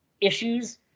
issues